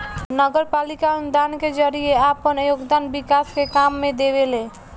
नगरपालिका अनुदान के जरिए आपन योगदान विकास के काम में देवेले